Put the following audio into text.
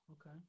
okay